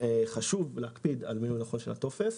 חשוב להקפיד על מילוי נכון של הטופס,